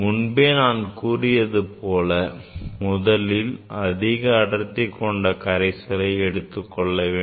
முன்பே நான் கூறியது போல முதலில் அதிக அடர்த்தி கொண்ட கரைசலை எடுத்துக்கொள்ள வேண்டும்